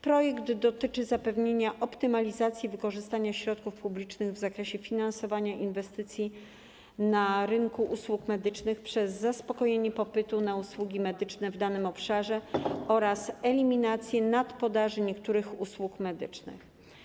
Projekt dotyczy zapewnienia optymalizacji wykorzystania środków publicznych w zakresie finansowania inwestycji na rynku usług medycznych przez zaspokojenie popytu na usługi medyczne w danym obszarze oraz eliminację nadpodaży niektórych usług medycznych.